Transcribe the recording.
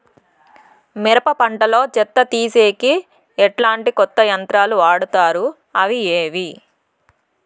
మిరప పంట లో చెత్త తీసేకి ఎట్లాంటి కొత్త యంత్రాలు వాడుతారు అవి ఏవి?